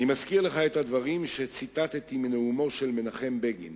אני מזכיר לך את הדברים שציטטתי מנאומו של מנחם בגין